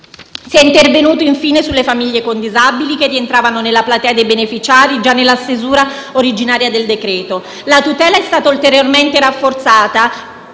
Si è intervenuti, infine, sulle famiglie con disabili, che rientravano nella platea dei beneficiari già nella stesura originaria del decreto-legge. La tutela è stata ulteriormente rafforzata: